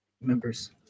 Members